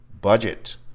Budget